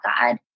God